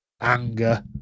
anger